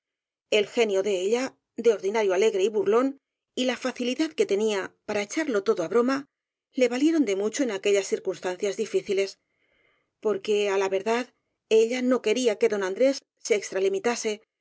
el genio de ella de ordinario alegre y burlón y la facilidad que tenía para echarlo todo á broma le valieron de mucho en aquellas cir cunstancias difíciles porque á la verdad ella no quería que don andrés se extralimitase